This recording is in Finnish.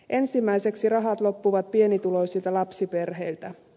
ensimmäiseksi rahat loppuvat pienituloisilta lapsiperheiltä